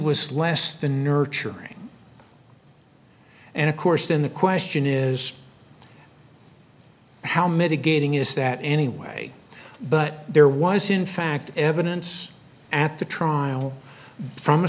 was less than nurturing and of course then the question is how mitigating is that anyway but there was in fact evidence at the trial from a